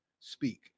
speak